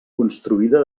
construïda